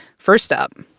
first up,